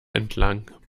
entlang